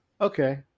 okay